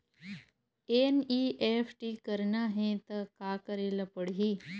NEFT करना हे त का करे ल पड़हि?